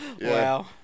Wow